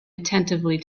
attentively